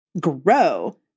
grow